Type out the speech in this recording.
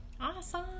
Awesome